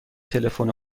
تلفن